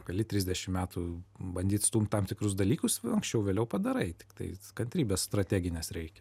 gali trisdešim metų bandyt stumti tam tikrus dalykus anksčiau vėliau padarai tiktai kantrybės strateginės reikia